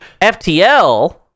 FTL